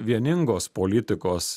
vieningos politikos